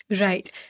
Right